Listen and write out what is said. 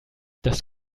das